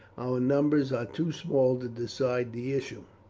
our numbers are too small to decide the issue